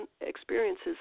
experiences